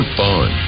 fun